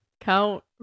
Count